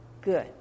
good